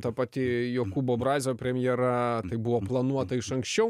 ta pati jokūbo brazio premjera tai buvo planuota iš anksčiau